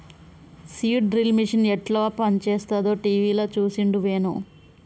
seed drill machine యెట్ల పనిచేస్తదో టీవీల చూసిండు వేణు